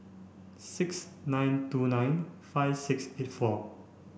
six nine two nine five six eight four